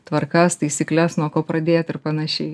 tvarkas taisykles nuo ko pradėti ir panašiai